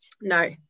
no